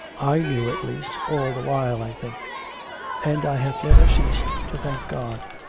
i knew, at least, all the while, i think and i have never ceased to thank god.